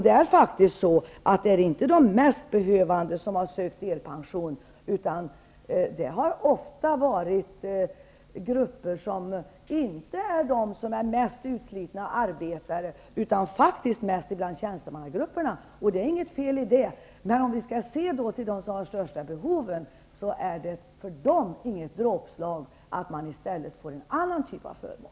Det är faktiskt inte de mest behövande som har sökt delpension. Det har inte varit de mest utslitna arbetarna, utan oftast personer som tillhör tjänstemannagrupperna. Och det är inget fel i det. Men om vi skall se till dem som har de största behoven, så finner vi att det för dem inte är något dråpslag att man i stället får en annan typ av förmån.